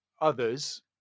others